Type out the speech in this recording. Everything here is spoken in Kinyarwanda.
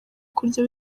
kurya